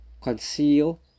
conceal